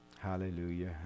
Hallelujah